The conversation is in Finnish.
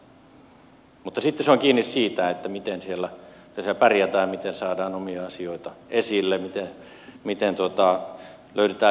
mutta sitten se on kiinni siitä miten siellä pärjätään miten saadaan omia asioita esille miten löydetään yhteistyökumppaneita